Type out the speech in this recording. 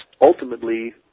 ultimately